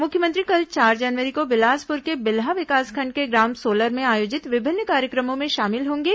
मुख्यमंत्री कल चार जनवरी को बिलासपुर के बिल्हा विकासखंड के ग्राम सोलर में आयोजित विभिन्न कार्यक्रमों में शामिल होंगे